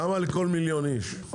כמה לכל מיליון איש?